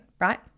right